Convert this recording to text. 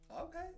Okay